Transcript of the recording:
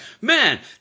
man